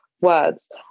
words